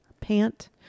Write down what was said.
pant